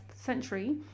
century